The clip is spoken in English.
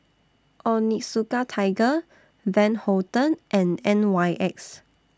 Onitsuka Tiger Van Houten and N Y X